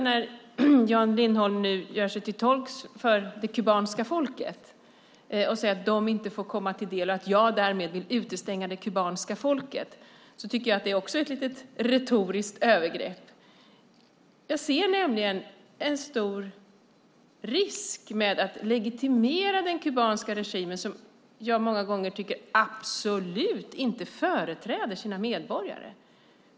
När Jan Lindholm nu gör sig till tolk för det kubanska folket och säger att de inte får ta del och att jag därmed vill utesluta det kubanska folket tycker jag att det är lite av ett retoriskt övergrepp. Jag ser nämligen en stor risk med att legitimera den kubanska regimen som jag många gånger tycker absolut inte företräder sina medborgare.